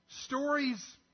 Stories